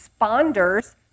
responders